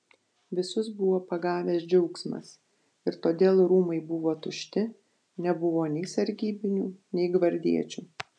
visus buvo pagavęs džiaugsmas ir todėl rūmai buvo tušti nebuvo nei sargybinių nei gvardiečių